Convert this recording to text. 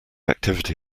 activity